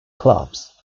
clubs